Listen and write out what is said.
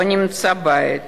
לא נמצא בית